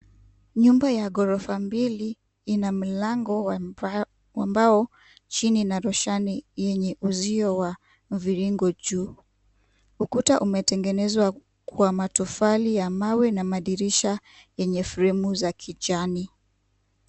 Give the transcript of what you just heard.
Nyumba ya ghorofa mbili, ina mlango wa mbao chini na roshani na uzio wa mviringo juu. Ukuta umetengenezwa kwa matofali ya mawe na madirisha yenye fremu za kijani.